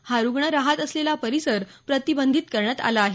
हा रुग्ण रहात असलेला परिसर प्रतिबंधित करण्यात आला आहे